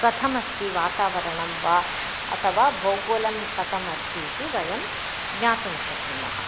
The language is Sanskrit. कथम् अस्ति वातावरणं वा अथवा भूगोलं कथम् अस्ति इति वयं ज्ञातुं शक्नुमः